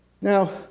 Now